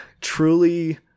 truly